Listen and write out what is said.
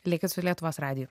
likit su lietuvos radiju